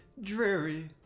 dreary